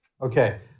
okay